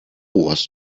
was